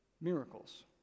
Miracles